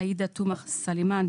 עאידה תומא-סלימאן,